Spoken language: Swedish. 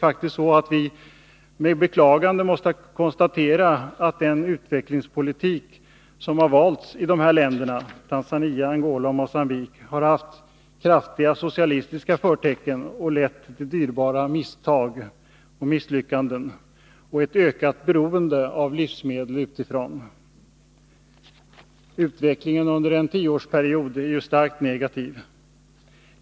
Vi måste med beklagande konstatera att den utvecklingspolitik som har förts i dessa länder har haft kraftiga socialistiska förtecken och lett till dyrbara misslyckanden och ett ökat beroende av livsmedel utifrån. Utvecklingen under en tioårsperiod är starkt negativ.